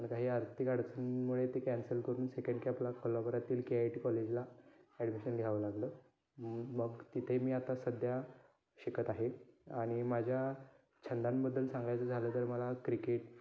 पण काही आर्थिक अडचणमुळे ते कॅन्सल करून सेकंड कॅपला कोल्हापुरातील के आय टी कॉलेजला ॲडमिशन घ्यावं लागलं मग तिथे मी आता सध्या शिकत आहे आणि माझ्या छंदांबद्दल सांगायचं झालं तर मला क्रिकेट